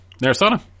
Narasana